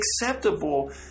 acceptable